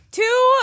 two